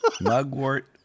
Mugwort